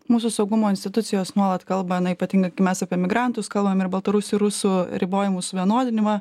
mūsų saugumo institucijos nuolat kalba na ypatingai kai mes apie emigrantus kalbam ir baltarusių rusų ribojimų vienodinimą